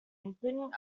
including